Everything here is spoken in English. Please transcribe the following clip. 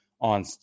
on